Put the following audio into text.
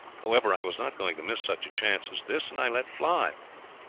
however, i was not going to miss such a chance as this, and i let fly.